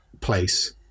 place